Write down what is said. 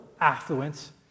affluence